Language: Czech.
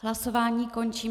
Hlasování končím.